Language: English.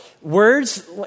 Words